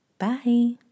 Bye